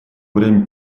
время